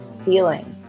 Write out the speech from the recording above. feeling